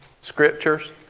scriptures